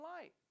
light